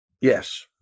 Yes